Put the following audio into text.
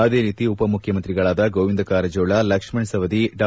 ಅದೇ ರೀತಿ ಉಪ ಮುಖ್ಚಮಂತ್ರಿಗಳಾದ ಗೋವಿಂದ ಕಾರಜೋಳ ಲಕ್ಷ್ಣಣ ಸವದಿ ಡಾ